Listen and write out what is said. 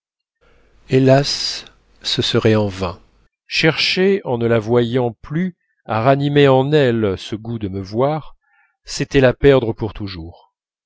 hélas ce serait en vain chercher en ne la voyant plus à ranimer en elle ce goût de me voir c'était la perdre pour toujours